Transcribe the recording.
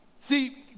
See